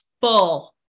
full